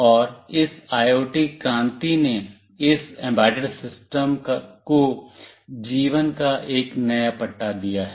और इस आईओटी क्रांति ने इस एम्बेडेड सिस्टम को जीवन का एक नया पट्टा दिया है